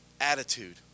Attitude